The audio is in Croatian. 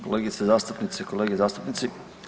Kolegice zastupnice, kolege zastupnici.